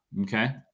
Okay